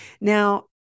Now